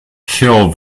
kill